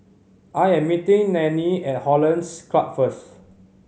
I am meeting Nannie at Hollandse Club first